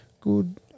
good